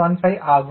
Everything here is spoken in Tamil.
15 ஆகும்